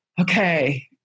okay